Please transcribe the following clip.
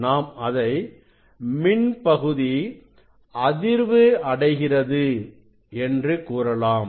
நாம் அதை மின் பகுதி அதிர்வு அடைகிறது என்று கூறலாம்